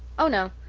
oh, no.